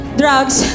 drugs